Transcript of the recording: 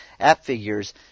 AppFigures